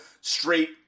straight